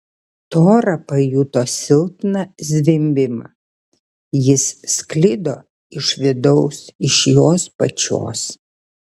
tora pajuto silpną zvimbimą jis sklido iš vidaus iš jos pačios